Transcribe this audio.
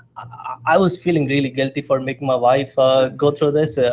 i was feeling really guilty for making my wife ah go through this. ah